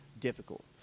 difficult